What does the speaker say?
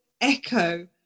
echo